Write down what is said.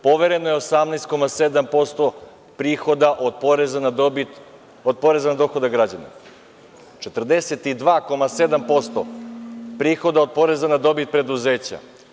Povereno je 18,7% prihoda od poreza na dohodak građana, 42,7% prihoda od poreza na dobit preduzeća.